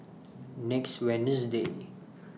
next Wednesday